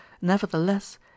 nevertheless